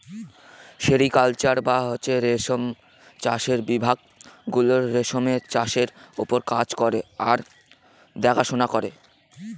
sericulture বা রেশম চাষের বিভাগ গুলো রেশমের চাষের ওপর কাজ করে আর দেখাশোনা করে